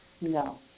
No